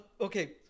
okay